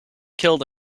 killed